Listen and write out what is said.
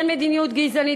אין מדיניות גזענית,